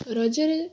ରଜରେ